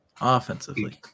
Offensively